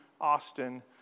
Austin